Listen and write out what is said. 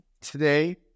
today